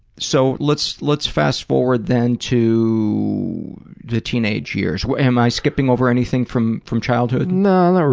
so let's let's fast-forward then to the teenage years. am i skipping over anything from from childhood? no,